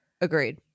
Agreed